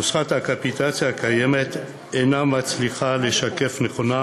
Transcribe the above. נוסחת הקפיטציה הקיימת אינה מצליחה לשקף נכונה